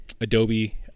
Adobe